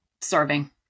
serving